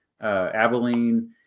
Abilene